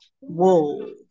Whoa